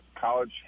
college